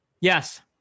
Yes